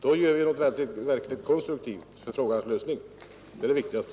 Då gör vi något verkligt konstruktivt för frågans lösning; det är det viktigaste.